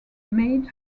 made